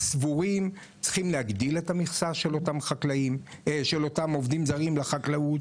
סבורים שצריכים להגדיל את המכסה של אותם עובדים זרים לחקלאות.